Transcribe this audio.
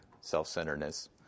self-centeredness